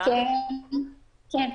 ב-100%.